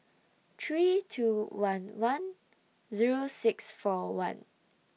three two one one Zero six four one